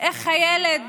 איך הילד הרגיש,